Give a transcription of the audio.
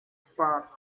part